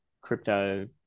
crypto